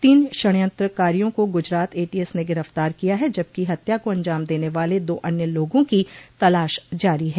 तीन षंडयंत्रकारियों को गुजरात एटीएस ने गिरफ्तार किया है जबकि हत्या को अंजाम देने वाले दो अन्य लोगों की तलाश जारी है